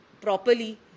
properly